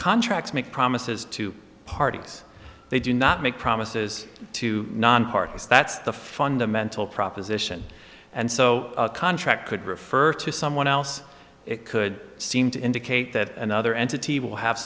contracts make promises to parties they do not make promises to nonpartizan that's the fundamental proposition and so the contract could refer to someone else it could seem to indicate that another entity will have